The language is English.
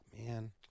man